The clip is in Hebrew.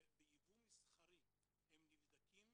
ביבוא מסחרי הם נבדקים